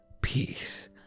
peace